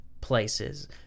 places